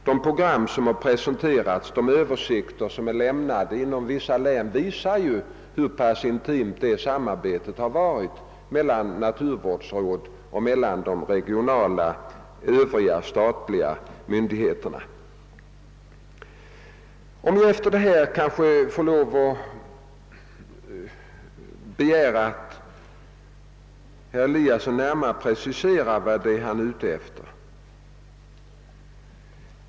De program som har presenterats och de översikter som är lämnade inom vissa län visar hur intimt detta samarbete har varit mellan naturvårdsråd och regionala statliga myndigheter. Jag skulle vilje be herr Eliasson i Sundborn att närmare precisera vad han är ute efter.